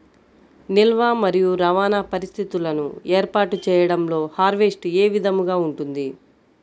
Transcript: నిల్వ మరియు రవాణా పరిస్థితులను ఏర్పాటు చేయడంలో హార్వెస్ట్ ఏ విధముగా ఉంటుంది?